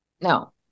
No